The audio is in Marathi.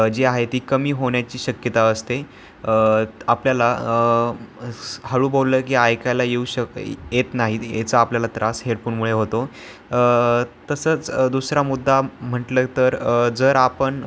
जी आहे ती कमी होण्याची शक्यता असते तर आपल्याला हळू बोललं की ऐकायला येऊ शक येत नाही याचा आपल्याला त्रास हेडफोनमुळे होतो तसंच दुसरा मुद्दा म्हटलं तर जर आपण